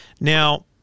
Now